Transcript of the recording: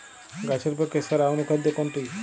গাছের পক্ষে সেরা অনুখাদ্য কোনটি?